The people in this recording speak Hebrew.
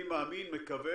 אני מאמין ומקווה,